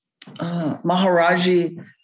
Maharaji